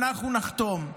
אנחנו נחתום.